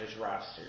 roster